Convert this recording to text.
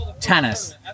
tennis